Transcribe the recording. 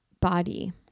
body